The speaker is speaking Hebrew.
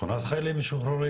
שכונת חיילים משוחררים,